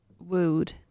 wooed